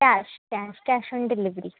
cash cash cash on delivery